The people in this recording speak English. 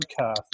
podcast